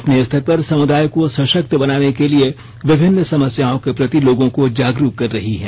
अपने स्तर पर समुदाय को सशक्त बनाने के लिए विभिन्न समस्याओं के प्रति लोगों को जागरूक कर रही हैं